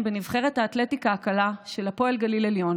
בנבחרת האתלטיקה הקלה של הפועל גליל עליון